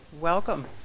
Welcome